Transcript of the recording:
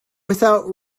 without